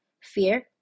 fear